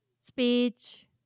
speech